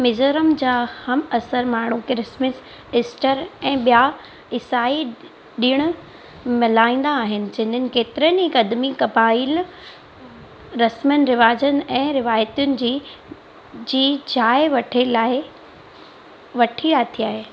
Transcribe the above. मिज़ोरम जा हमअसर माण्हू क्रिसमस ईस्टर ऐं बि॒या ईसाई ॾिण मल्हाईंदा आहिनि जिन्हनि केतिरनि ई क़दीमी क़बाइली रस्मुनि रिवाजनि ऐं रवायतुनि जी ॼाण वठे लाइ वठी आथे आहे